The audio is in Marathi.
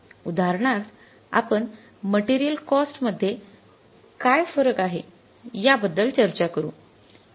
उदाहरणार्थ आपण मटेरियल कॉस्ट मध्ये काय फरक आहे याबद्दल चर्चा करू